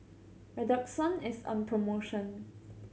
redoxon is on promotion